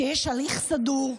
שיש הליך סדור,